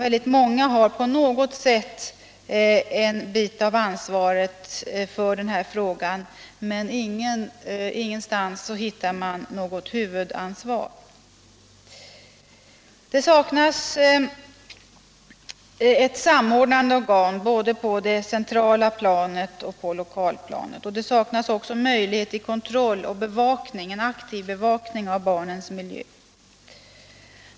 Alla har på något sätt en bit av ansvaret, men ingenstans hittar man någon som bär huvudansvaret. Det saknas samordnande organ både på det centrala planet och på lokalplanet. Det saknas också möjlighet till kontroll och en aktiv bevakning av barnens miljö.